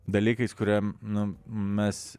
dalykais kurie nu mes